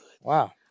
Wow